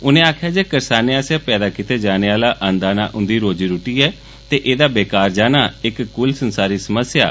उनें आक्खेआ जे करसानें आस्सेआ पैदा कीते जाने आह्ला अन्नदाना उंदी रोजी रोटी ऐ ते एह्दा बेकार जाना इक कुल संसारी समस्या ऐ